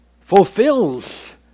fulfills